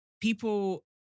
people